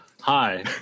Hi